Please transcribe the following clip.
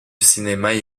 cinéma